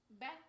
Back